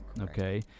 Okay